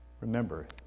Remember